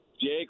Jake